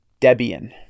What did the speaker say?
Debian